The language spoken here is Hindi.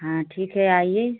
हाँ ठीक है आइए